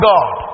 God